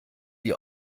die